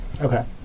Okay